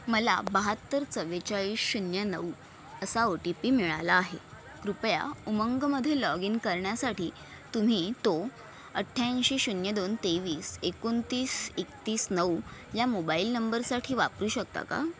मला बाहत्तर चव्वेचाळीस शून्य नऊ असा ओ टी पी मिळाला आहे कृपया उमंगमध्ये लॉग इन करण्यासाठी तुम्ही तो अठ्ठ्याऐंशी शून्य दोन तेवीस एकोणतीस एकतीस नऊ या मोबाईल नंबरसाठी वापरू शकता का